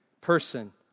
person